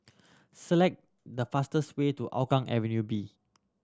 select the fastest way to Hougang Avenue B